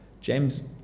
james